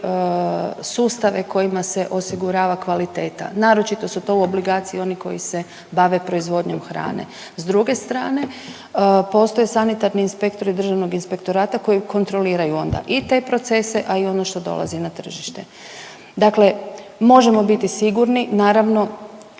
sustave kojima se osigurava kvaliteta. Naročito su to u obligaciji oni koji se bave proizvodnjom hrane. S druge strane postoje sanitarni inspektori Državnog inspektorata koji kontroliraju onda i te procese, a i ono što dolazi na tržište. Dakle, možemo biti sigurni, naravno